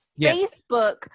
Facebook